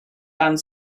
band